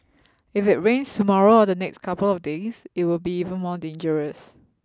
if it rains tomorrow or the next couple of days it will be even more dangerous